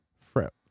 fret